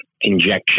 injection